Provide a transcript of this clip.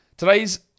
Today's